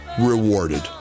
rewarded